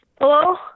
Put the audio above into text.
Hello